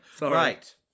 Right